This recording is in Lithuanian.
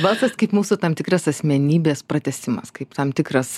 balsas kaip mūsų tam tikras asmenybės pratęsimas kaip tam tikras